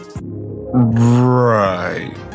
Right